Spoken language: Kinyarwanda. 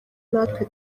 natwe